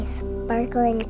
sparkling